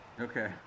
Okay